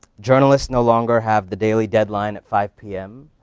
journalists no longer have the daily deadline at five pm.